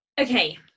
okay